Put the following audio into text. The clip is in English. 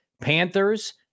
Panthers